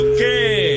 Okay